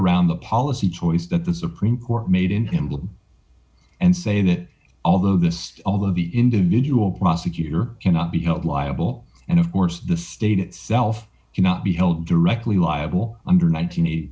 around the policy choices that the supreme court made in him and say that although this all of the individual prosecutor cannot be held liable and of course the state itself cannot be held directly liable under nine